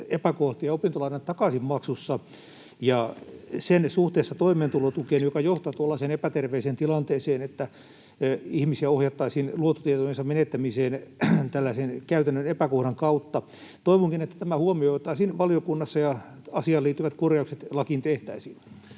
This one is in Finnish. epäkohtia opintolainan takaisinmaksussa ja sen suhteessa toimeentulotukeen, mikä johtaa tuollaiseen epäterveeseen tilanteeseen, että ihmisiä ohjattaisiin luottotietojensa menettämiseen tällaisen käytännön epäkohdan kautta. Toivonkin, että tämä huomioitaisiin valiokunnassa ja lakiin tehtäisiin